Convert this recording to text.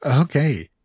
okay